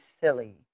silly